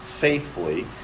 faithfully